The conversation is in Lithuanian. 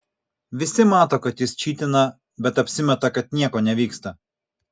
visi mato kad jis čytina bet apsimeta kad nieko nevyksta